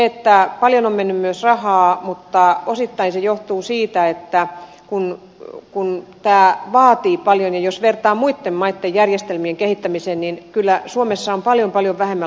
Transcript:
paljon on mennyt myös rahaa mutta osittain se johtuu siitä että tämä vaatii paljon ja jos vertaa muitten maitten järjestelmien kehittämiseen niin kyllä suomessa on paljon paljon vähemmän laitettu rahaa